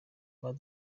ntabo